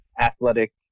athletic